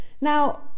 Now